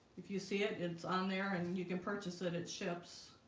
if you see it it's on there and you can purchase it it ships